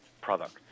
product